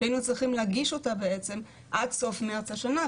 שהיינו צריכים להגיש אותה בעצם עד סוף מרץ השנה,